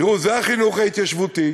תראו, זה החינוך ההתיישבותי,